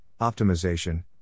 optimization